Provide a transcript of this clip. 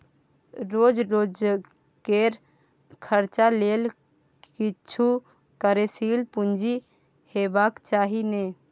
रोज रोजकेर खर्चा लेल किछु कार्यशील पूंजी हेबाक चाही ने